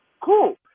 Cool